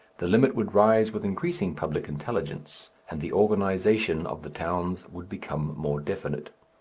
the limit would rise with increasing public intelligence, and the organization of the towns would become more definite.